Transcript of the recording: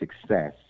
success